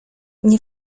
nie